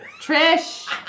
Trish